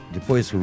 Depois